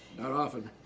not often.